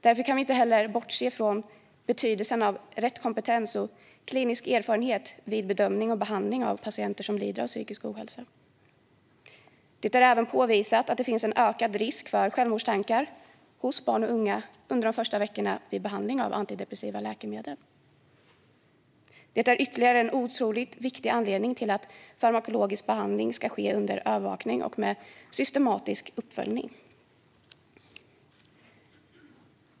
Därför kan vi inte heller bortse från betydelsen av rätt kompetens och klinisk erfarenhet vid bedömning och behandling av patienter som lider av psykisk ohälsa. Det är även påvisat att det finns en ökad risk för självmordstankar hos barn och unga under de första veckorna vid behandling med antidepressiva läkemedel. Det är ytterligare en otroligt viktig anledning till att farmakologisk behandling ska ske under övervakning och med systematisk uppföljning.